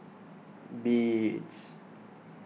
Beats